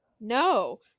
No